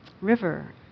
river